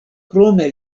krome